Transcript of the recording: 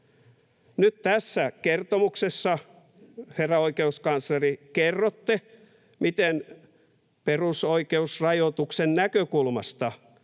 Nyt tässä kertomuksessa, herra oikeuskansleri, kerrotte, miten perusoikeusrajoituksen näkökulmasta